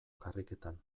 karriketan